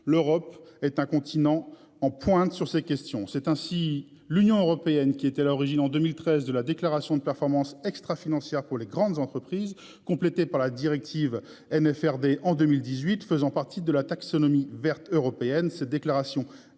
l'Europe est un continent en pointe sur ces questions. C'est ainsi l'Union européenne qui était à l'origine en 2013 de la déclaration de performance extra-financière pour les grandes entreprises complété par la directive N F R D en 2018 faisant partie de la taxonomie verte européenne